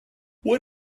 what